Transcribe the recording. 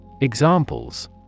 Examples